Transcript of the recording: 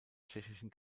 tschechischen